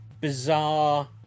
bizarre